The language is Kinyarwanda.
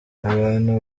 abantu